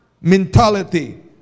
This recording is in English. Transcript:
mentality